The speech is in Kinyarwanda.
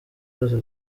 zose